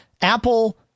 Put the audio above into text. Apple